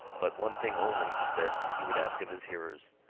but one thing only, he said, he would ask of his hearers.